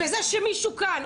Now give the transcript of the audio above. וזה שמישהו כאן,